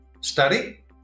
study